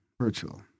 Virtual